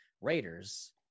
Raiders